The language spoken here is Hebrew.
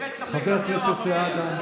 כי חבר הכנסת סעדה,